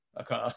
okay